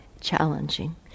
challenging